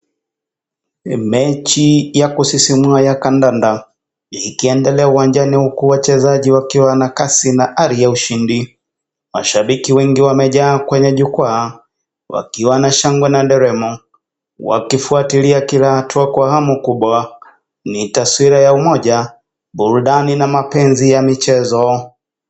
Mechi ya kusisimua ya kandanda. Ikiendelea uwanjani huku wachezaji wakiwa na kasi na hali ya ushindi. Mashabiki wengi wamejaa kwenye jukua, wakiwa na shangwe na nderemo. Wakifuatilia kilaamwa kwa hamu kubwa. Ni taswira ya umoja. Burudani na mapenzi ya michezo.